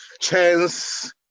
chance